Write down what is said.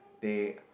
they